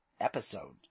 episode